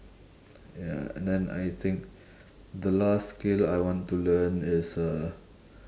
ya and then I think the last skill I want to learn is uh